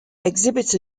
exhibits